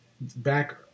back